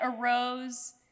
arose